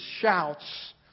shouts